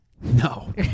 No